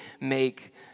make